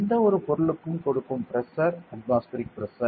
எந்தவொரு பொருளுக்கும் கொடுக்கும் பிரஷர் அட்மாஸ்பரிக் பிரஷர்